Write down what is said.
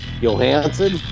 Johansson